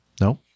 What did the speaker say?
No